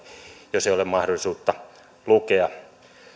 jos ei ole mahdollisuutta lukea